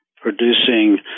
producing